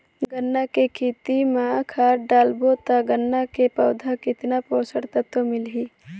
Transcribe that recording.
गन्ना के खेती मां खाद डालबो ता गन्ना के पौधा कितन पोषक तत्व मिलही?